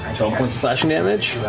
slashing damage.